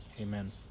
amen